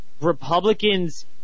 Republicans